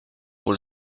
pour